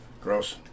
gross